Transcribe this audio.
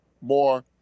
more